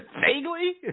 Vaguely